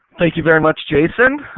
thank you very much, jason,